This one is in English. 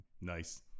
Nice